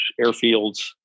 airfields